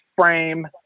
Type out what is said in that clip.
frame